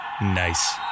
Nice